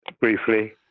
briefly